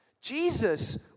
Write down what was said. Jesus